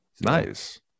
Nice